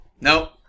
Nope